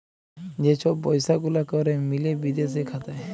যে ছব পইসা গুলা ক্যরে মিলে বিদেশে খাতায়